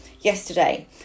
yesterday